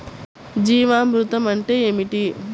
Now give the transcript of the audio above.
జీవామృతం అంటే ఏమిటి?